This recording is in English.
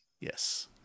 Yes